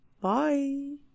bye